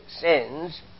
sins